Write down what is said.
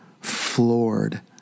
floored